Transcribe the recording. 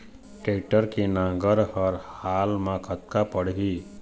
Tractor के नांगर हर हाल मा कतका पड़िही?